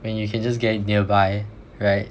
when you can just get it nearby right